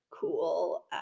cool